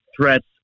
threats